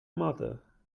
matter